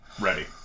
Ready